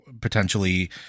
potentially